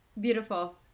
Beautiful